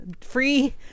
free